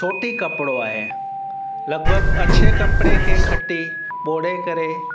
सोटी कपिड़ो आहे लॻभॻि अछे कपिड़े खे खटी ॿोड़े करे